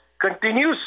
continues